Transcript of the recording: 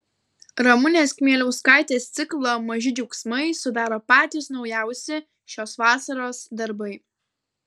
ramunės kmieliauskaitės ciklą maži džiaugsmai sudaro patys naujausi šios vasaros darbai